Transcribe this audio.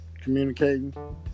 communicating